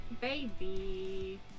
baby